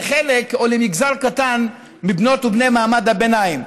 לחלק או למגזר קטן מבנות ובני מעמד הביניים.